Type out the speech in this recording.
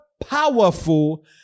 powerful